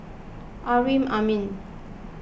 Amrin Amin